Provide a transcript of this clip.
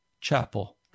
Chapel